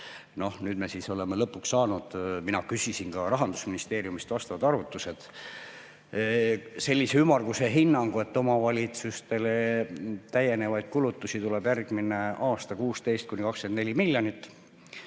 Nüüd me oleme lõpuks saanud – mina küsisin Rahandusministeeriumist vastavad arvutused – sellise ümmarguse hinnangu, et omavalitsustele tuleb täiendavaid kulutusi järgmine aasta 16–24 miljonit,